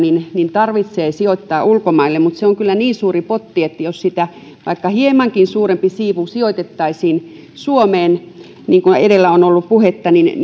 tarvitsee sijoittaa ulkomaille mutta se on kyllä niin suuri potti että jos siitä vaikka hiemankin suurempi sijoitettaisiin suomeen niin kuin edellä on ollut puhetta niin